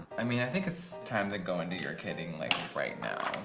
i mean i think it's time to go into you're kidding like right now